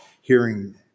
hearing